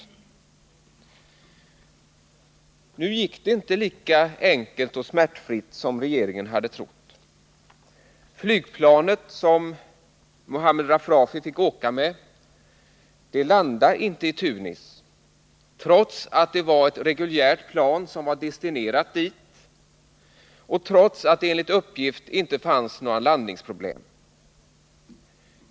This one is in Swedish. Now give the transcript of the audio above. E Nu gick det inte lika enkelt och smärtfritt som regeringen hade trott. Flygplanet som Mohamed Rafrafi fick åka med landade inte i Tunis, trots att det var ett reguljärt plan som var destinerat dit och trots att det enligt uppgift inte fanns några landningsproblem.